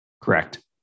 Correct